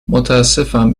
متأسفم